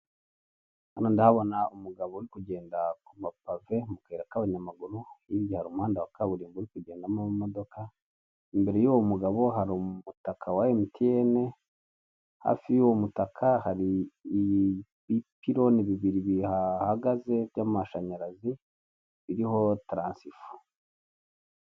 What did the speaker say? Abagore bahagaze mu isoko ryaremye ry'imbuto, imboga, inyanya harimo abagurisha, abagura bahagaze mu muhanda w'igitaka.